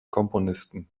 komponisten